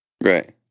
Right